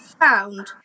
found